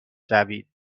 شوید